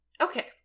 Okay